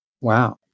Wow